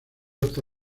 hasta